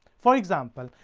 for example,